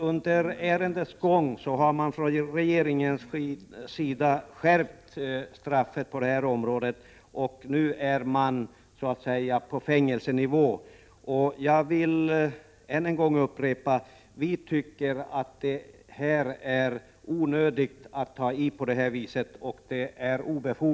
Under ärendets gång har man från regeringens sida föreslagit skärpning av straffet på detta område, och nu är man så att säga på fängelsenivå. Jag vill ännu en gång upprepa att vi tycker att det är onödigt och obefogat att ta i på det viset.